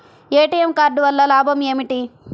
ATM card వల్ల లాభం ఏమిటి?